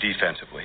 defensively